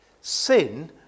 sin